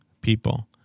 people